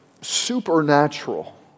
supernatural